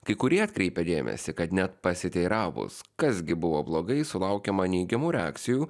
kai kurie atkreipė dėmesį kad net pasiteiravus kas gi buvo blogai sulaukiama neigiamų reakcijų